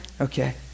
Okay